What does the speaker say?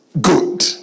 good